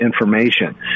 information